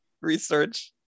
research